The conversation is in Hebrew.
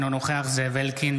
אינו נוכח זאב אלקין,